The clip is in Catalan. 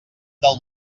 del